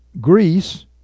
Greece